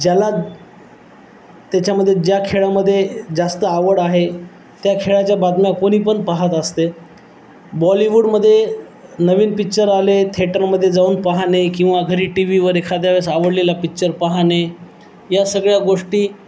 ज्याला त्याच्यामध्ये ज्या खेळामध्ये जास्त आवड आहे त्या खेळाच्या बातम्या कोणी पण पाहत असते बॉलिवूडमध्ये नवीन पि्चर आले थेटरमध्ये जाऊन पाहणे किंवा घरी टी व्ही वर एखाद्या वेळेस आवडलेला पिक्चर पाहणे या सगळ्या गोष्टी